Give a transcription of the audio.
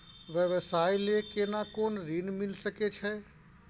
व्यवसाय ले केना कोन ऋन मिल सके छै?